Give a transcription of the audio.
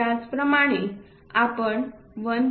त्याचप्रमाणे आपण 1